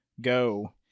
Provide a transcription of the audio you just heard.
go